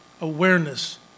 awareness